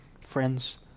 friends